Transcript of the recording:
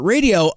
Radio